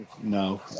no